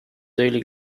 daily